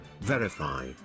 verify